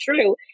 true